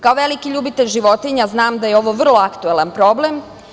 Kao veliki ljubitelj životinja, znam da je ovo vrlo aktuelan problem.